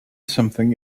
something